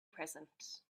present